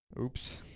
Oops